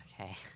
Okay